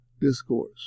discourse